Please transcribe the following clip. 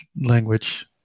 language